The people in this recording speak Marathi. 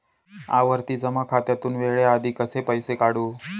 आवर्ती जमा खात्यातून वेळेआधी कसे पैसे काढू?